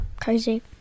crazy